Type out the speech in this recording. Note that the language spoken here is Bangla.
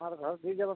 আমার ঘর দিয়ে যাবেন তো